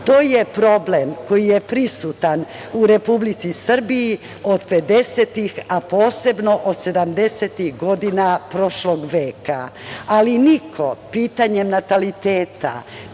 Too je problem koji je prisutan u Republici Srbiji od 50-ih, a posebno od 70-ih godina prošlog veka, ali niko pitanjem nataliteta,